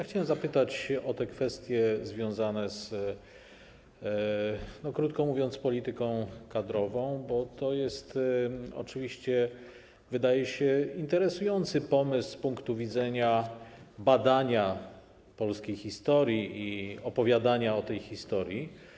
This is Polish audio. Chciałem zapytać o kwestie związane z, krótko mówiąc, polityką kadrową, bo to oczywiście wydaje się interesujący pomysł z punktu widzenia badania polskiej historii i opowiadania o tej historii.